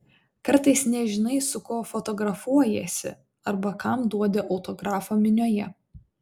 kartais nežinai su kuo fotografuojiesi arba kam duodi autografą minioje